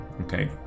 okay